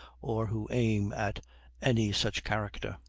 or who aim at any such character.